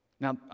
Now